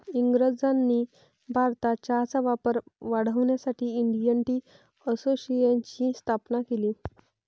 इंग्रजांनी भारतात चहाचा वापर वाढवण्यासाठी इंडियन टी असोसिएशनची स्थापना केली